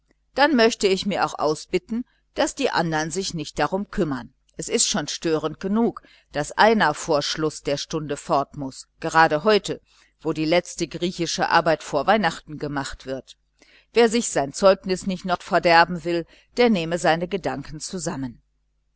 dann möchte ich mir auch ausbitten daß die anderen sich nicht darum kümmern es ist schon störend genug daß einer vor schluß der stunde fort muß gerade heute wo die letzte griechische arbeit vor weihnachten gemacht wird wer sich sein zeugnis nicht noch verderben will der nehme seine gedanken zusammen